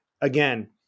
Again